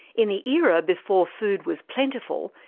in the era before food was plentiful,